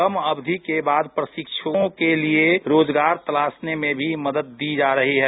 कम अवधि के बाद प्रशिक्षुओं के लिए रोजगार तलाशने में भी मदद दी जा रही है